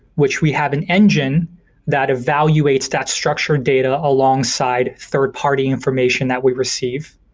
which we have an engine that evaluates that structured data alongside third-party information that we receive,